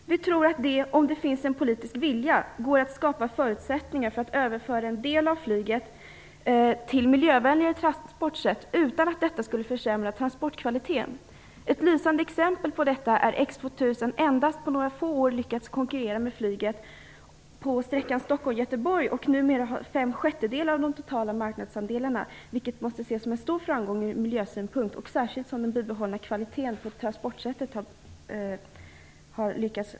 Om det finns en politisk vilja, tror vi att det går att skapa förutsättningar för att överföra en del av flyget till miljövänligare transportsätt utan att detta skulle försämra transportkvalitén. Ett lysande exempel på detta är att X 2000 på endast några få år har lyckats konkurrera med flyget på sträckan Stockholm Göteborg och numera har fem sjättedelar av de totala marknadsandelarna. Det måste ses som en stor framgång från miljösynpunkt, särskilt eftersom man har lyckats bibehålla kvalitén i transportsättet.